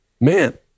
Man